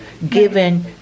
Given